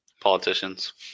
politicians